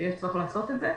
שיש צורך לעשות את זה.